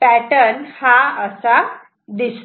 pattern असा दिसतो